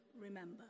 remember